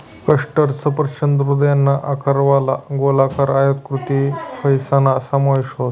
custard सफरचंद हृदयना आकारवाला, गोलाकार, आयताकृती फयसना समावेश व्हस